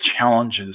challenges